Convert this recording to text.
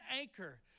anchor